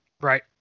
Right